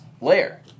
layer